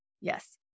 Yes